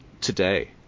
today